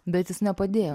bet jis nepadėjo